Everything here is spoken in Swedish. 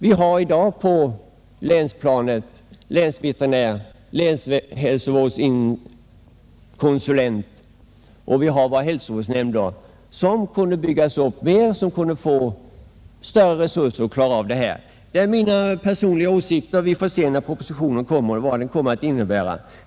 Vi har i dag på länsplanet länsveterinärer och länshälsovårdskonsulenter. Vidare har vi hälsovårdsnämnderna, som kunde byggas ut och få bättre resurser för att klara dessa nya uppgifter. Detta är mina personliga åsikter. När propositionen kommer, får vi se vad den innebär.